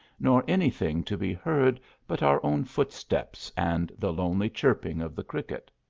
nor any thing to be heard but our own foot steps and the lonely chirping of the cricket.